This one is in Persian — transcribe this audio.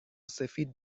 سفید